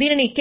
దీని